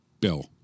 Bill